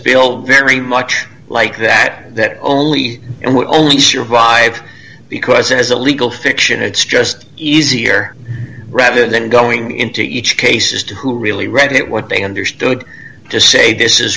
bill very much like that that only and will only survive because it is a legal fiction it's just easier rather than going into each case as to who really read it what they understood to say this is